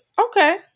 Okay